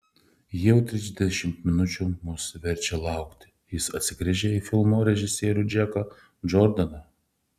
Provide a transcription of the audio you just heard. ji jau trisdešimt minučių mus verčia laukti jis atsigręžė į filmo režisierių džeką džordaną